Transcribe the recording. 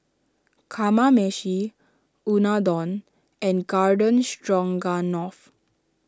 Kamameshi Unadon and Garden Stroganoff